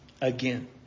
again